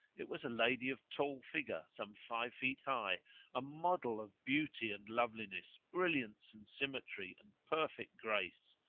it was a lady of tall figure, some five feet high a model of beauty and loveliness, brilliance and symmetry and perfect grace.